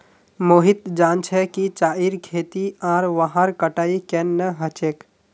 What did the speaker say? मोहित जान छ कि चाईर खेती आर वहार कटाई केन न ह छेक